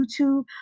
YouTube